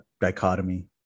dichotomy